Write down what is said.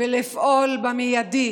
ולפעול במיידי